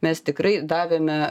mes tikrai davėme